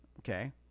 Okay